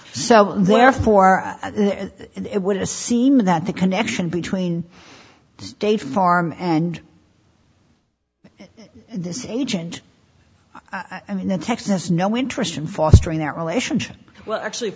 so therefore it would seem that the connection between de farm and this agent i mean in texas no interest in fostering that relationship well actually if